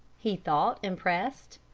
he thought, impressed.